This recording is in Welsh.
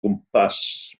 gwmpas